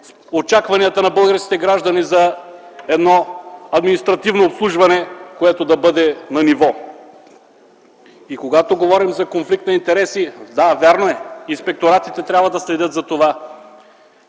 очакванията на българските граждани за едно административно обслужване, което да бъде на ниво. И когато говорим за конфликт на интереси, да, вярно е, инспекторатите трябва да следят за това